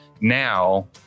now